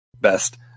best